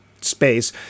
space